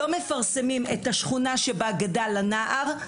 לא מפרסמים את השכונה שבה גדל הנער,